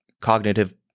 cognitive